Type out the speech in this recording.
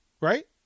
right